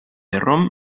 rom